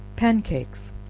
pan cakes.